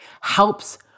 helps